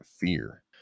fear